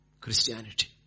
Christianity